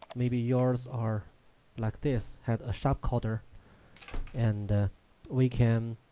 maybe yours are like this had a sharp corner and we can